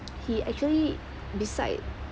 he actually beside